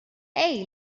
hey